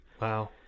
Wow